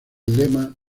lema